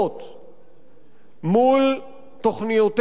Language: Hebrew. מתוכניותיה של ממשלת ישראל בסוגיית אירן,